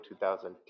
2010